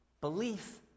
Belief